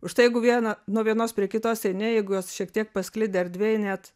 užtai jeigu vieną nuo vienos prie kitos eini jeigu jos šiek tiek pasklidę erdvėj net